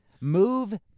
move